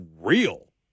real